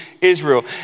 Israel